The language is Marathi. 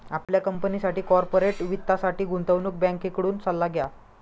आपल्या कंपनीसाठी कॉर्पोरेट वित्तासाठी गुंतवणूक बँकेकडून सल्ला घ्या